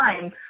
time